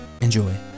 enjoy